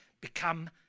Become